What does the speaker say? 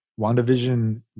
wandavision